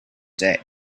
day